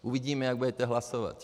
Uvidíme, jak budete hlasovat.